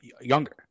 younger